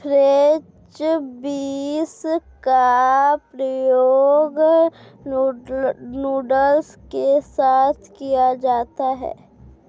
French beans का प्रयोग noodles के साथ किया जाता है